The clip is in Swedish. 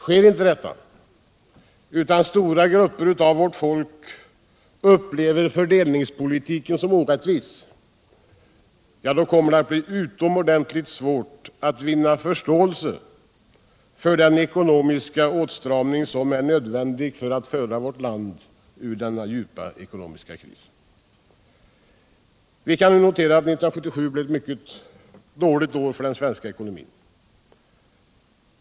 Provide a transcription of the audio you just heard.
Sker inte detta utan stora grupper av vårt folk upplever fördelningspolitiken som orättvis, då kommer det att bli utomordentligt svårt att vinna förståelse för den ekonomiska åtstramning som är nödvändig för att föra vårt land ur denna djupa ekonomiska kris. Vi kan notera att 1977 blev ett mycket dåligt år för den svenska ekonomin.